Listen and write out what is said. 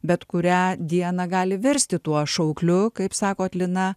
bet kurią dieną gali virsti tuo šaukliu kaip sakot lina